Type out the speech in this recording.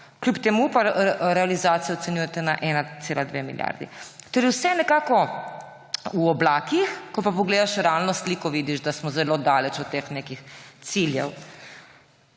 Kljub temu pa realizacijo ocenjujete na 1,2 milijarde. Torej, vse je nekako v oblakih, ko pa pogledaš realno sliko, vidiš, da smo zelo daleč od nekih ciljev.